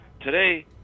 Today